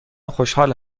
خوشحال